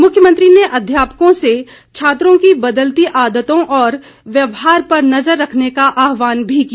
मुख्यमंत्री ने अध्यापकों से छात्रों की बदलती आदतों और व्यवहार पर नज़र रखने का आहवान भी किया